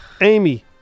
Amy